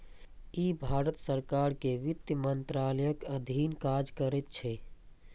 ई भारत सरकार के वित्त मंत्रालयक अधीन काज करैत छै